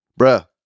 Bruh